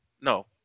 No